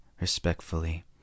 respectfully